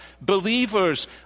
believers